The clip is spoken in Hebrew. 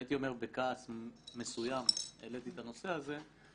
הייתי אומר שבכעס מסוים העליתי את הנושא הזה.